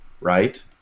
right